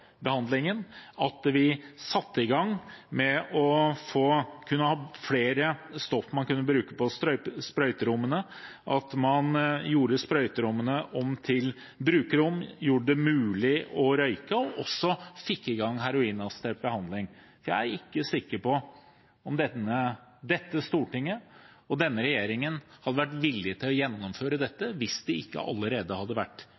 at vi satte i gang med å kunne ha flere stoff man kunne bruke på sprøyterommene, at man gjorde sprøyterommene om til brukerrom, gjorde det mulig å røyke, og også fikk i gang heroinassistert behandling. Jeg er ikke sikker på om dette stortinget og denne regjeringen hadde vært villige til å gjennomføre dette hvis det ikke allerede hadde vært